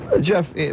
Jeff